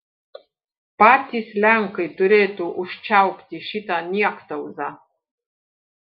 patys lenkai turėtų užčiaupti šitą niektauzą